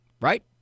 right